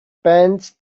bent